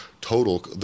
total